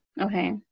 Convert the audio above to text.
Okay